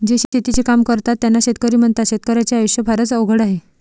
जे शेतीचे काम करतात त्यांना शेतकरी म्हणतात, शेतकर्याच्या आयुष्य फारच अवघड आहे